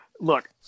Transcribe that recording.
Look